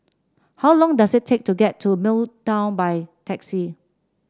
how long does it take to get to Midtown by taxi